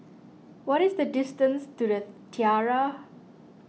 what is the distance to the Tiara